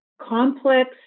complex